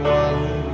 one